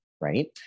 Right